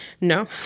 No